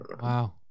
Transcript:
wow